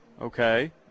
Okay